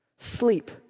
Sleep